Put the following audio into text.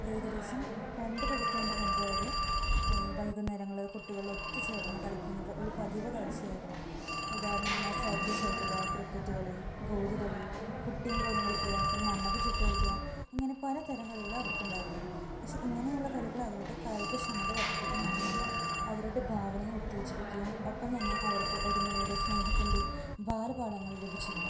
ഏകദേശം രണ്ട് പതിറ്റാണ്ട് മുമ്പ് വരെ വൈകുന്നേരങ്ങൾ കുട്ടികളൊത്ത് ചേർന്ന് കളിക്കുന്നത് ഒരു പതിവ് കാഴ്ചയായിരുന്നു ഉദാഹരണത്തിന് സൈക്കൾ ചവിട്ടുക ക്രിക്കറ്റ് കളി ഗോലി കളി കുട്ടിയും കോലും കളിക്കുക പിന്നെ മണ്ണപ്പം ചുട്ട് കളിക്കാൻ ഇങ്ങനെ പലതരം കളികൾ അവർക്ക് ഉണ്ടായിരുന്നു പക്ഷെ ഇങ്ങനെ ഉള്ള കളികൾ അവരുടെ കായിക ക്ഷമത വർദ്ധിപ്പിക്കുക മാത്രമല്ല അവരുടെ ഭാവനയെ ഉത്തേജിപ്പിക്കുകയും ഒപ്പം തന്നെ അവർക്ക് ഒരുമയുടെ സ്നേഹത്തിൻ്റെ ബാലപാഠങ്ങൾ ലഭിച്ചിരുന്നു